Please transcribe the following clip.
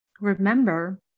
remember